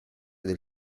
del